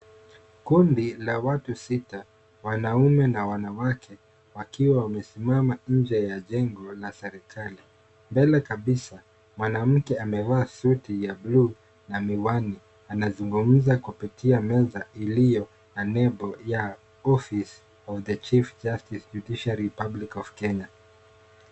Kundi la watu sita, wanaume na wanawake wakiwa wamesimama nje ya jengo la serikali. Mbele kabisa mwanamke amevaa suti ya bluu na miwani, anazungumza kupitia meza iliyo na nembo ya Office of the Chief Justice Judiciary Republic of Kenya .